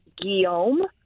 Guillaume